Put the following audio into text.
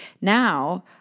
Now